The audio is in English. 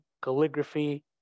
calligraphy